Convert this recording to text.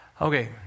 Okay